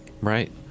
Right